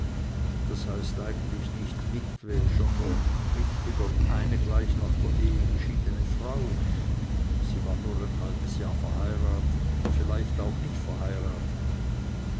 das heißt eigentlich nicht witwe sondern richtiger eine gleich nach der ehe geschiedene frau sie war nur ein halbes jahr verheiratet oder vielleicht auch nicht verheiratet